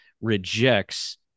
rejects